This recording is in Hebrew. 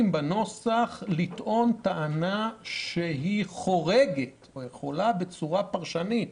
בנוסח לטעון טענה שיכולה בצורה פרשנית